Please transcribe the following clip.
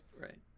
Right